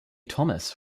thomas